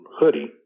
hoodie